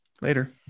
Later